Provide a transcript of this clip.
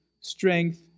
strength